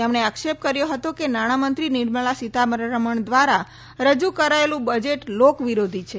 તેમણે આક્ષેપ કર્યો હતો કે નાણામંત્રી નિર્મલા સીતારમણ દ્વારા રજૂ કરાયેલું બજેટ લોક વિરોધી છે